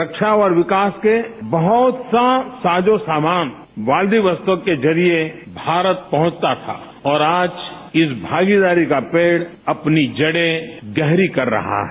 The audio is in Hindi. रक्षा और विकास के बहुत सा साजो सामान व्लादिवोस्तोक के जरिए भारत पहुंचता था और आज इस भागीदारी का पेड़ अपनी जड़े गहरी कर रहा है